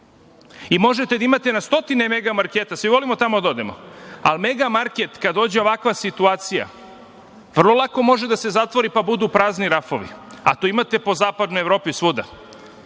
Možete da imate na stotine mega marketa i svi volimo tamo da odemo, ali mega market, kada dođe ovakva situacija, vrlo lako može da se zatvori, pa budu prazni rafovi, a to imate po zapadnoj Evropi.